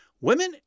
Women